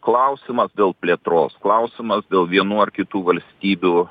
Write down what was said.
klausimas dėl plėtros klausimas dėl vienų ar kitų valstybių